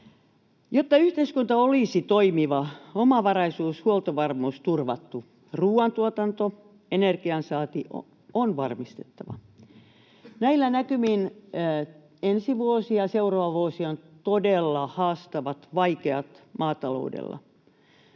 Jotta yhteiskunta olisi toimiva, omavaraisuus, huoltovarmuus turvattu, on ruoantuotanto ja energiansaanti varmistettava. Näillä näkymin ensi vuosi ja seuraava vuosi ovat todella haastavat, vaikeat maataloudella,